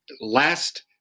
last